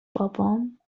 بابام